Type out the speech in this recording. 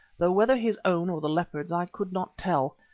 though whether his own or the leopard's i could not tell.